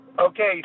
okay